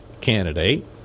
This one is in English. candidate